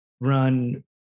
run